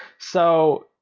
so,